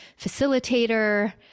facilitator